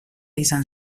izan